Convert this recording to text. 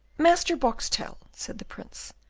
master boxtel, said the prince,